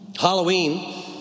Halloween